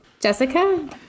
Jessica